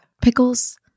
Pickles